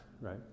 right